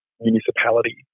municipality